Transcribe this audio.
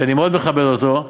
שאני מאוד מכבד אותו,